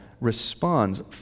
responds